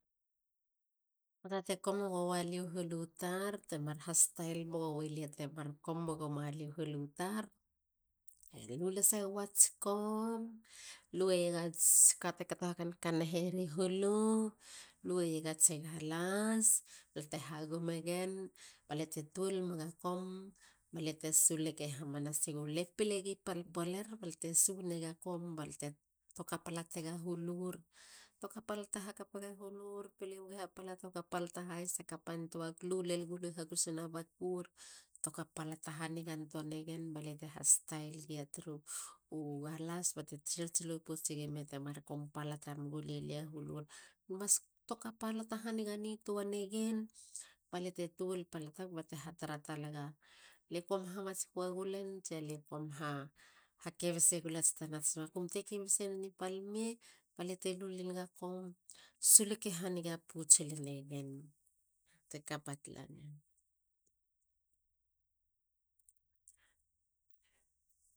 Poata te kamegoia liu hulu tar. te hastail megowilia te mar kome gumaliu hulu tar. le lu lasegoats kom. lueiegats kate kato ha kankanaheriu hulu. lueiegats galas balte hagumegen ba lia te tuol mega kom(comb)ba lia te suleke hamanasag. le pilegi pal poler baliate su nega kom bate toka palatega hulur. toka palata hakapega hulur. pile wegi hapala. toka palata hahis hakapantoag. lu len guma hagusuna bakur. toka palata hanigan tuanegen. balia te ha stail gia turu u galas. bate tsilotsilo poutseiegime temar kom palata megule lia hulur. le mas toka palata hanigantua negen balia te tuoltuol palatag. balia te hatara talaga le kom hamatskuegulen tsia lie kom ha kebese gulats tanats makum te kebese neni pal me. balia te luleliga kom suleke haniga pouts lelegen te kapa tala nen